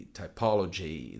typology